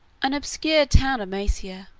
an obscure town of maesia,